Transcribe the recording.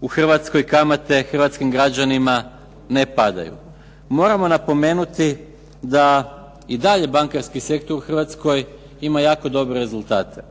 u Hrvatskoj kamate hrvatskim građanima ne padaju. Moramo napomenuti da i dalje bankarski sektor u Hrvatskoj ima jako dobre rezultate.